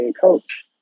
coach